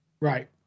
right